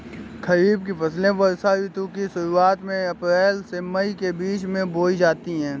खरीफ की फसलें वर्षा ऋतु की शुरुआत में अप्रैल से मई के बीच बोई जाती हैं